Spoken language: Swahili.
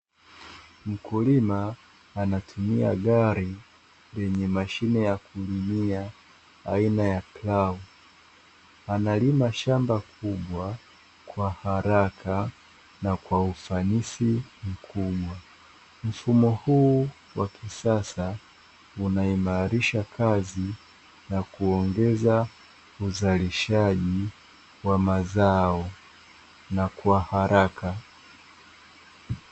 Mkulima anatumia gari kwenye mashine ya kulimia aina ya plau, analima shamba kubwa kwa haraka, na kwa ufanisi mkubwa. Mfumo huu wa kisasa, unaimarisha kazi na kuongeza uzalishaji wa mazao na kwa haraka